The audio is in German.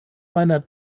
meiner